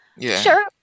Sure